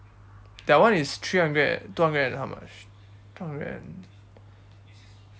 that one is three hundred and two hundred and how much two hundred and